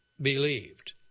believed